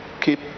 keep